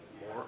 more